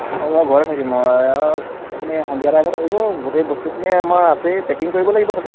মই ঘৰতে থাকিম মই আপুনি সন্ধিয়া টাইমত আহিব গোটেই বস্তুখিনিয়েই আমাৰ আছেই পেকিং কৰিব লাগিব খালী